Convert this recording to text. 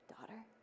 daughter